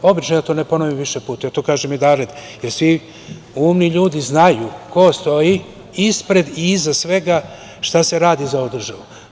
Obično ja to ne ponovim više puta, ja to kažem jednom, jer svi umni ljudi znaju ko stoji ispred i iza svega šta se radi za ovu državu.